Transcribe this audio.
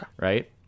right